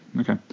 Okay